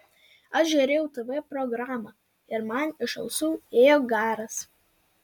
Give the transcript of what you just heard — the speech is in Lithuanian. aš žiūrėjau tv programą ir man iš ausų ėjo garas